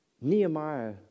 Nehemiah